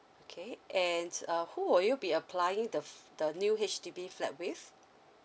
okay and uh who will you be applying the the new H_D_B flat with